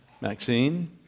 Maxine